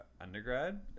undergrad